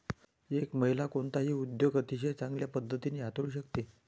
एक महिला कोणताही उद्योग अतिशय चांगल्या पद्धतीने हाताळू शकते